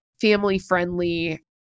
family-friendly